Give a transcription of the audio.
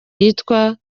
yitwa